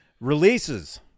releases